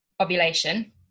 ovulation